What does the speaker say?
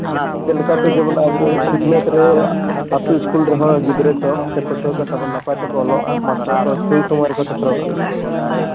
ᱪᱮᱫ ᱞᱮᱠᱟᱛᱮ ᱡᱮᱢᱚᱱ ᱟᱵᱚ ᱥᱤᱠᱷᱱᱟᱹᱛ ᱨᱮ ᱟᱛᱳ ᱥᱠᱩᱞ ᱨᱮᱦᱚᱸ ᱜᱤᱫᱽᱨᱟᱹ ᱠᱚ ᱥᱮ ᱯᱟᱹᱴᱷᱩᱣᱟᱹ ᱠᱚ ᱛᱟᱵᱚᱱ ᱱᱟᱯᱟᱭ ᱛᱮᱠᱚ ᱚᱞᱚᱜᱼᱟ ᱢᱟᱥᱴᱟᱨ ᱠᱚ ᱥᱟᱺᱦᱤ ᱥᱚᱢᱚᱭ ᱨᱮᱠᱚ ᱥᱮᱴᱮᱨᱚᱜᱼᱟ